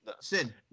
Sin